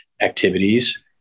activities